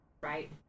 Right